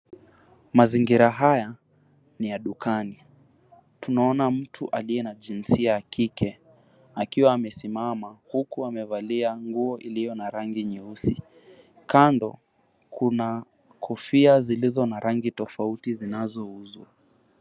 Mazingira haya ni ya dukani. Tunaona mtu aliye na jinsia ya kike akiwa amesimama huku amevalia nguo iliyo na rangi nyeusi. Kando kuna kofia zilizona rangi tofauti zinazouzwa.